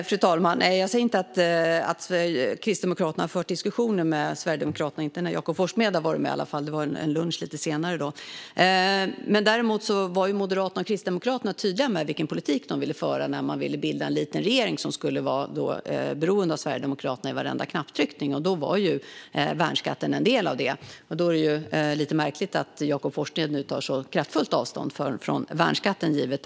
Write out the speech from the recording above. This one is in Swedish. Fru talman! Jag säger inte att Kristdemokraterna förde diskussioner med Sverigedemokraterna, inte när Jakob Forssmed var med i alla fall. Det var på en lunch lite senare. Moderaterna och Kristdemokraterna var dock tydliga med vilken politik de ville föra när de ville bilda en liten regering - som skulle vara beroende av Sverigedemokraterna vid varenda knapptryckning. Värnskatten var en del av det, och därför är det lite märkligt att Jakob Forssmed nu tar ett sådant kraftfullt avstånd från det.